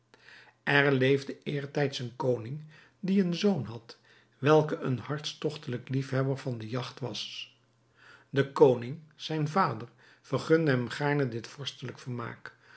er leefde eertijds een koning die een zoon had welke een hartstogtelijk liefhebber van de jagt was de koning zijn vader vergunde hem gaarne dit vorstelijk vermaak